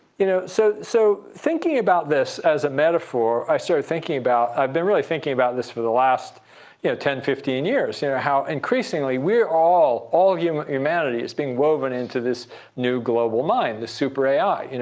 you know so so thinking about this as a metaphor, i started thinking about i've been really thinking about this for the last yeah ten, fifteen years. yeah how increasingly, we're all, all of you know humanity, is being woven into this new global mind, this super ai. you know